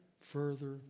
further